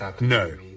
No